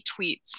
tweets